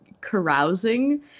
carousing